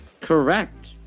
Correct